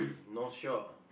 Northshore